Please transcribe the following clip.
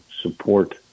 support